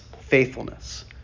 faithfulness